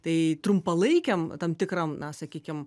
tai trumpalaikiam tam tikram na sakykim